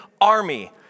army